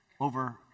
over